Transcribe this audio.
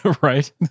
Right